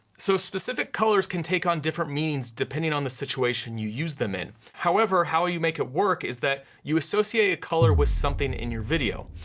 so specific colors can take on different meanings, depending on the situation you use them in. however, how ah you make it work is that you associate a color with something in your video,